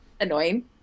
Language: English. annoying